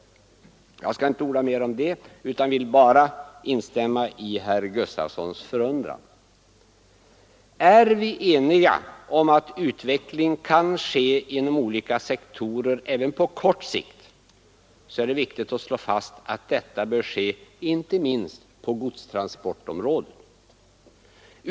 Jag skall inte orda mer om det, utan jag vill bara instämma i herr Gustafsons förundran. Är vi eniga om att utveckling kan ske inom olika sektorer även på kort sikt, är det viktigt att slå fast att detta bör ske inte minst på godstransportområdet.